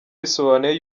risobanuye